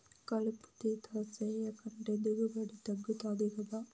కలుపు తీత సేయకంటే దిగుబడి తగ్గుతది గదా